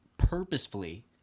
Purposefully